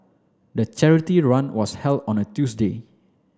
the charity run was held on a Tuesday